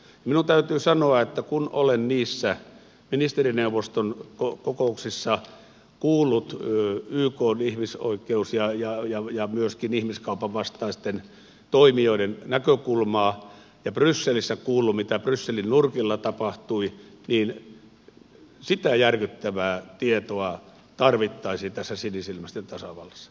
minun täytyy sanoa että kun olen niissä ministerineuvoston kokouksissa kuullut ykn ihmisoikeus ja myöskin ihmiskaupan vastaisten toimijoiden näkökulmaa ja brysselissä kuullut mitä brysselin nurkilla tapahtui niin sitä järkyttävää tietoa tarvittaisiin tässä sinisilmäisten tasavallassa